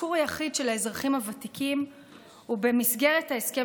האזכור היחיד של האזרחים הוותיקים הוא במסגרת ההסכם